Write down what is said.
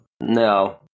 No